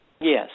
Yes